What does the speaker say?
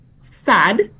sad